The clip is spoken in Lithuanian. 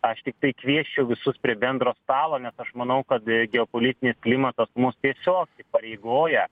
aš tiktai kviesčiau visus prie bendro stalo nes aš manau kad geopolitinis klimatas mus tiesiog įpareigoja